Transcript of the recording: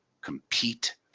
compete